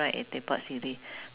okay ah